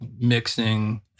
mixing